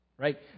Right